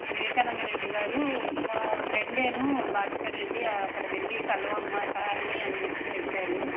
వివేకానంద రెడ్డి గారు మా ఫ్రెండేను భాస్కర్ రెడ్డి అక్కడ వెళ్ళి కలువు అమ్మ సార్ని అని చెప్పి చెప్పారు